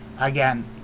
again